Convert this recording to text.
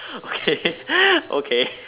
okay okay